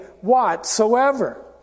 whatsoever